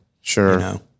Sure